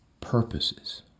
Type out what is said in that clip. purposes